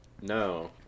No